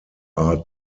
are